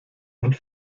und